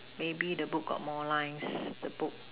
maybe the book got more lines the book